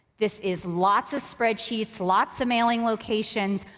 this is lots of spreadsheets, lots of mailing locations,